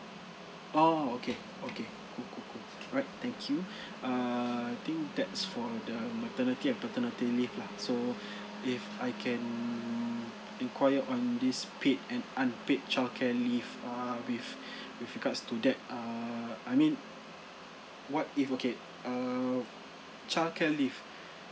orh okay okay cool cool cool alright thank you err think that's for the maternity and paternity leave lah so if I can enquire on this paid and unpaid child care leave err with with regards to that err I mean what if okay err childcare leave